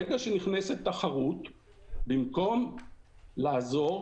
חלק מהתחרות זה הנושא